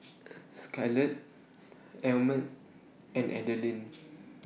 Skyler Almer and Adalynn